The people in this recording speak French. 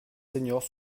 seniors